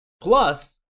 Plus